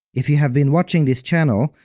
if you have been watching this channel,